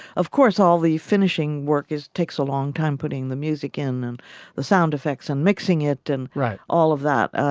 of course, all the finishing work is takes a long time putting the music in and the sound effects and mixing it and write all of that.